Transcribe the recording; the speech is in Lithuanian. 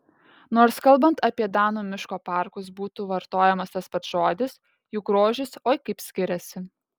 nors kalbant apie danų miško parkus būtų vartojamas tas pats žodis jų grožis oi kaip skiriasi